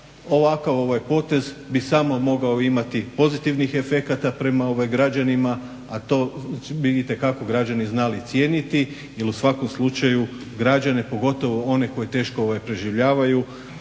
ovakav ovaj potez bi samo mogao imati pozitivnih efekata prema građanima, a to vidite bi itekako građani znali cijeniti jel u svakom slučaju građane pogotovo one koji teško preživljavaju